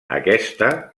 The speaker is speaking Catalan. aquesta